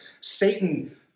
Satan